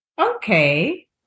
Okay